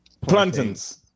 Plantains